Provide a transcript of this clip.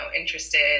interested